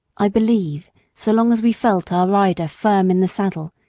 i believe so long as we felt our rider firm in the saddle,